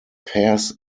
pairs